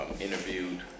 interviewed